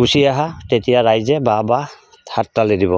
গুচি আহা তেতিয়া ৰাইজে বাহ বাহ হাত তালি দিব